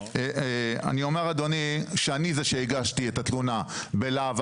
אני אומר אדוני שאני זה שהגשתי את התלונה בלהב